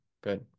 good